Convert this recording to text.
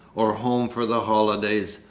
or home for the holiday,